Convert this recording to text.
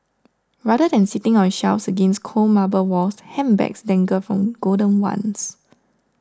rather than sitting on shelves against cold marble walls handbags dangle from golden wands